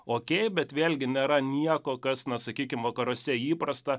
okei bet vėlgi nėra nieko kas na sakykim vakaruose įprasta